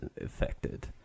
affected